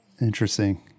Interesting